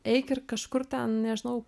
eik ir kažkur ten nežinau